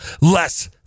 less